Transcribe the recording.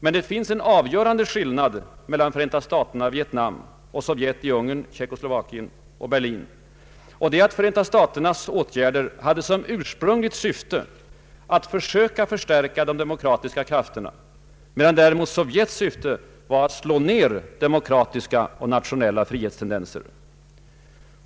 Men det finns en avgörande skillnad mellan Förenta staterna i Vietnam och Sovjet i Ungern, Tjeckoslovakien och Berlin, och det är att Förenta staternas åtgärder hade som ursprungligt syfte att söka förstärka de demokratiska krafterna, medan däremot Sovjets syfte var att slå ner demokratiska och nationella frihetstendenser.